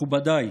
מכובדיי,